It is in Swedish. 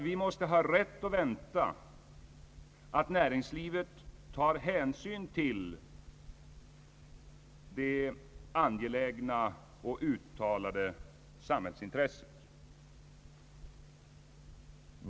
Vi måste ha rätt att vänta att näringslivet tar hänsyn till ett angeläget och uttalat samhällsintresse.